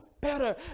better